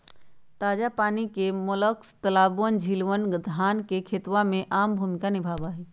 ताजा पानी के मोलस्क तालाबअन, झीलवन, धान के खेतवा में आम भूमिका निभावा हई